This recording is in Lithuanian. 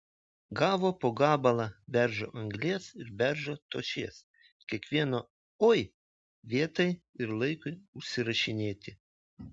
gavo po gabalą beržo anglies ir beržo tošies kiekvieno oi vietai ir laikui užsirašinėti